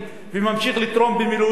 וממשיך לתרום במילואים.